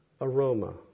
aroma